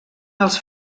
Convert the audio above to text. els